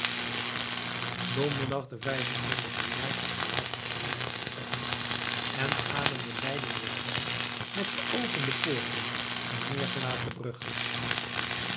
donderdag den vijfentwintigsten maart was de laatste spanjaard vertrokken en ademde leiden weer vrij met geopende poorten en neergelaten bruggen